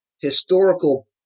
historical